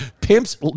Pimp's